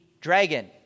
dragon